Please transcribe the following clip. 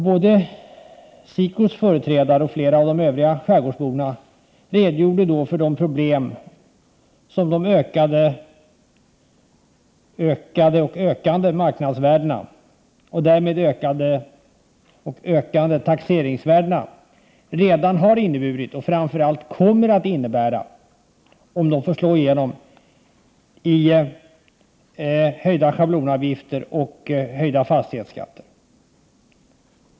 Såväl företrädare för SIKO som flera skärgårdsbor redogjorde för de problem som de ökade och ökande marknadsvärdena och de därmed ökade och ökande taxeringsvärdena redan har inneburit, och framför allt kommer att innebära — om dessa får slå igenom - i form av höjda schablonavgifter och höjda fastighetsskatter.